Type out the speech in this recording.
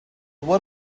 what